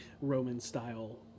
Roman-style